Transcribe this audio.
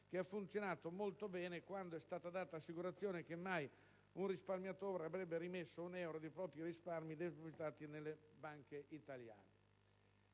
che ha funzionato molto bene quando è stata data assicurazione che mai un risparmiatore avrebbe rimesso un euro dei propri risparmi depositati nelle banche italiane.